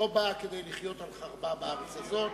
לא באה כדי לחיות על חרבה בארץ הזאת,